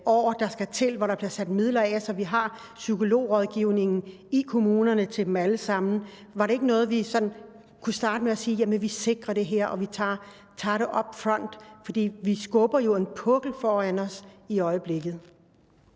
år, der skal til, hvor der bliver sat midler af, så vi har psykologrådgivning i kommunerne til dem alle sammen. Var det ikke noget, vi sådan kunne starte med at sige, altså at vi sikrer det her og vi tager det upfront? For vi skubber jo en pukkel foran os i øjeblikket.